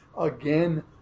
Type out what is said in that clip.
again